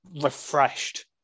refreshed